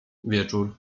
wieczór